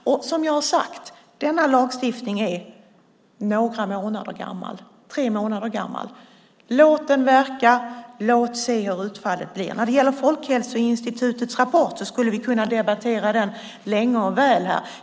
Och, som jag har sagt, denna lagstiftning är några månader gammal, tre månader gammal. Låt den verka! Låt oss se hur utfallet blir! Folkhälsoinstitutets rapport skulle vi kunna debattera länge och väl.